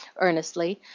earnestly,